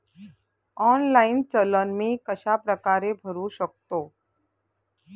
Online challan मी कशाप्रकारे भरु शकतो?